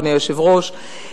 אדוני היושב-ראש.